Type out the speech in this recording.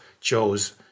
chose